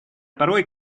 порой